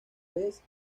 vez